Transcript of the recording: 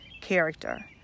character